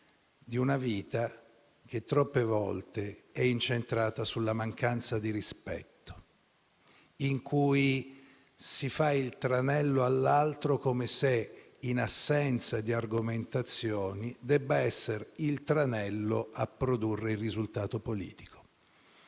di una vita che, troppe volte, è incentrata sulla mancanza di rispetto, in cui si tende un tranello all'altro come se, in assenza di argomentazioni, debba esso produrre il risultato politico.